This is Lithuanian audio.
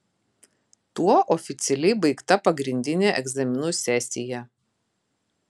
tuo oficialiai baigta pagrindinė egzaminų sesija